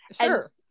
Sure